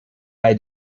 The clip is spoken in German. bei